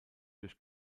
durch